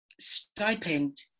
Stipend